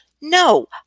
No